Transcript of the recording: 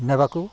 ନେବାକୁ